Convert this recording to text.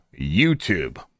YouTube